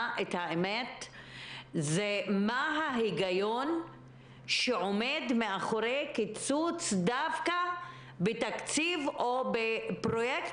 מה ההיגיון שעומד מאחורי קיצוץ דווקא בתקציב או בפרויקט